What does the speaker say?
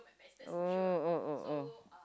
oh oh oh oh